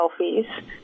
selfies